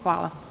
Hvala.